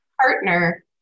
partner